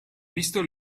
visto